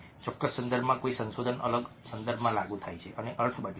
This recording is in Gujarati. ચોક્કસ સંદર્ભમાં કંઈક સંશોધન અલગ સંદર્ભમાં લાગુ થાય છે અને અર્થ બદલાય છે